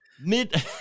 mid